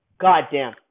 Goddamn